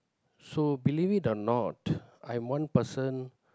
so believe it or not I'm one person